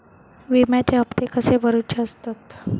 विम्याचे हप्ते कसे भरुचे असतत?